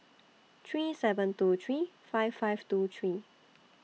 three seven two three five five two three